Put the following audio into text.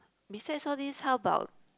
besides all these how about